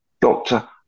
Doctor